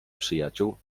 przyjaciół